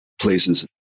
places